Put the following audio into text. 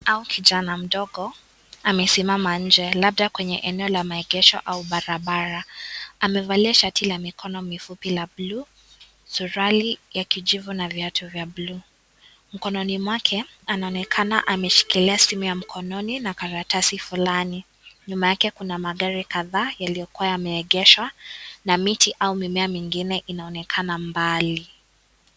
Ako kijana mdogo amesimama nje, labda kwenye eneo la maegesho au barabara. Amevalia shati la mikono mifupi ya bluu, suruali ya kijivu na viatu vya bluu. Mkononi mwake anaonekana ameshikilia simu ya mkononi na karatasi fulani. Nyuma yake kuna magari kadhaa yaliyokuwa yameegeshwa na miti au mimea mingine inaonekana mbali.